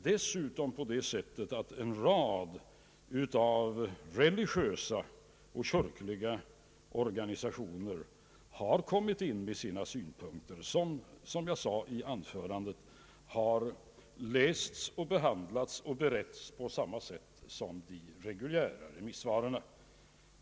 Dessutom har en rad religiösa och kyrkliga organisationer inkommit med sina synpunkter som, vilket jag sade i svaret, har lästs, behandlats och beretts liksom de reguljära remissvaren.